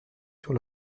sur